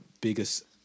biggest